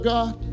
God